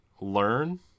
learn